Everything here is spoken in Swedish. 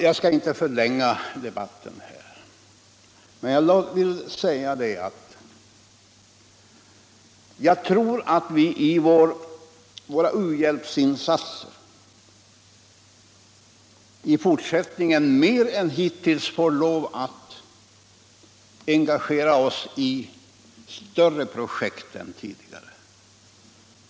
Jag skall inte förlänga debatten, men jag vill säga att jag tror att vi i våra u-hjälpsinsatser i fortsättningen mer än hittills får lov att engagera oss i större projekt.